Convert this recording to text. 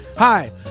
Hi